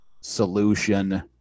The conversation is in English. Solution